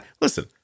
Listen